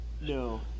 No